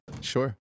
sure